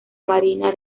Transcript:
marina